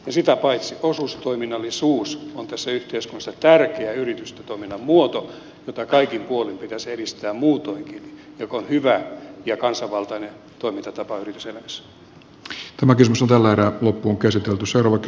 sitä paitsi osuustoiminnallisuus on tässä yhteiskunnassa tärkeä yritysten toiminnan muoto jota kaikin puolin pitäisi edistää muutoinkin ja joka on hyvä ja kansanvaltainen toimintatapa yrityselämässä